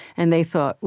and they thought,